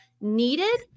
needed